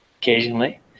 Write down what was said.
occasionally